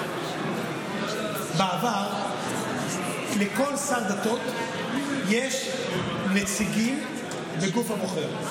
בעבר, לכל שר דתות יש נציגים בגוף הבוחר.